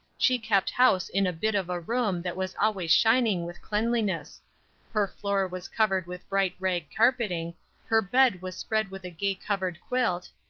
she kept house in a bit of a room that was always shining with cleanliness her floor was covered with bright rag carpeting her bed was spread with a gay covered quilt,